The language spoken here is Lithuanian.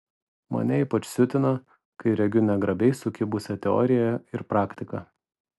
mane ypač siutina kai regiu negrabiai sukibusią teoriją ir praktiką